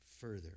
further